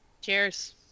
Cheers